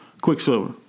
Quicksilver